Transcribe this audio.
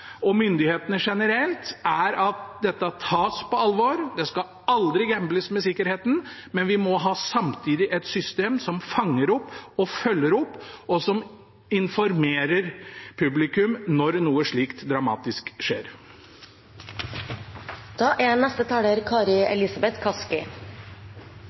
og myndighetene generelt er at dette tas på alvor. Det skal aldri gambles med sikkerheten, men vi må samtidig ha et system som fanger opp og følger opp, og som informerer publikum når noe dramatisk